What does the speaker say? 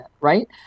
right